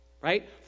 Right